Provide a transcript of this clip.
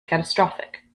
catastrophic